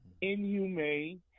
inhumane